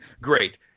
great